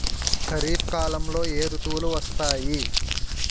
ఖరిఫ్ కాలంలో ఏ ఋతువులు వస్తాయి?